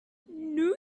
new